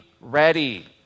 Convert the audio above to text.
ready